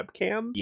webcam